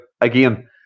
again